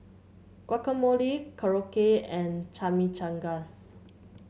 Guacamole Korokke and Chimichangas